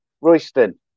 Royston